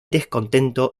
descontento